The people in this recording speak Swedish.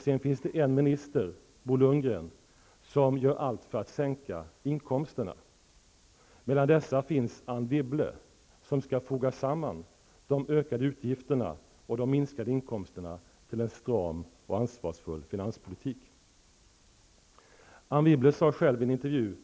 Sedan finns det en minister, Bo Lundgren, som gör allt för att sänka inkomsterna. Mellan dessa finns Anne Wibble, som skall foga samman de ökade utgifterna och de minskade inkomsterna till en stram och ansvarfull finanspolitik. Anne Wibble sade själv i en intervju